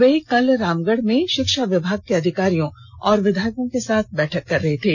वे कल रामगढ में शिक्षा विभाग के अधिकारियों और विधायक के साथ बैठक कर रहे थे